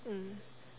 mm